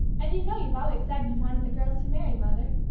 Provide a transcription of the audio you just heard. and you know you've always said you wanted the girls to marry, mother,